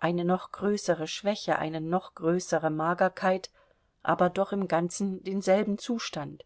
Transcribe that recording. eine noch größere schwäche eine noch größere magerkeit aber doch im ganzen denselben zustand